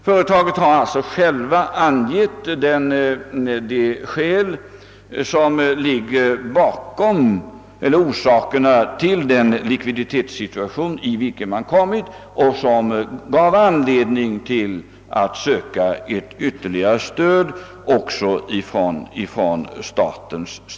Företaget har alltså självt angivit orsakerna till den likviditetssituation i vilken det råkat och vilken gav anledning till att söka ett ytterligare stöd från staten.